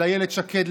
של אילת שקד,